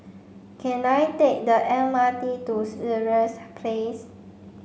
can I take the M R T to Sireh Place